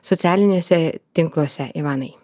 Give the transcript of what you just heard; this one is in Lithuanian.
socialiniuose tinkluose ivanai